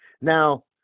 now